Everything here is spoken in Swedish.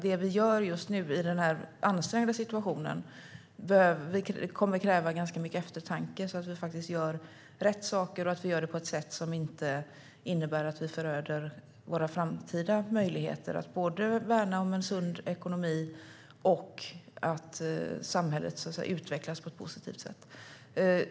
Det vi gör just nu i denna ansträngda situation kommer att kräva ganska mycket eftertanke, så att vi gör rätt saker och på ett sätt som inte innebär att vi föröder våra framtida möjligheter att både värna om en sund ekonomi och se till att samhället utvecklas på ett positivt sätt.